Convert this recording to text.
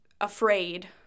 afraid